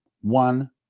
One